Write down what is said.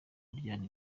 kuryana